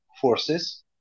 forces